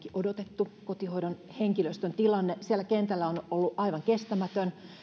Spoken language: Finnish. odotettu kotihoidon henkilöstön tilanne siellä kentällä on ollut aivan kestämätön